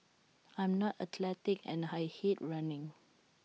I am not athletic and I hate running